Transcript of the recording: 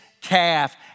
calf